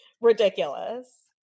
ridiculous